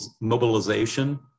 mobilization